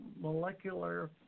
molecular